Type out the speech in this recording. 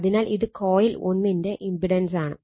അതിനാൽ ഇത് കോയിൽ 1 ന്റെ ഇമ്പിടൻസ് ആണ്